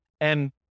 And-